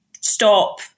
stop